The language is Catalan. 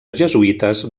jesuïtes